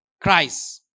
Christ